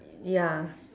ya